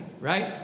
right